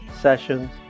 sessions